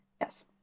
Yes